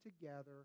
together